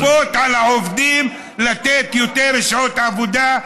לכפות על העובדים לתת יותר שעות עבודה,